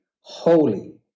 holy